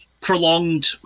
prolonged